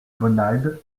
bonald